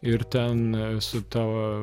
ir ten su ta